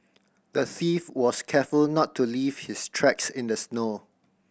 the thief was careful not to leave his tracks in the snow